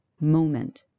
moment